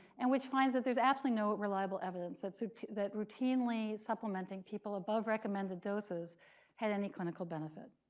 and which finds that there's absolutely no reliable evidence that so that routinely supplementing people above recommended doses had any clinical benefit.